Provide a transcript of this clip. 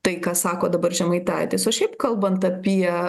tai ką sako dabar žemaitaitis o šiaip kalbant apie